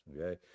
okay